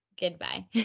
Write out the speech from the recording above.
Goodbye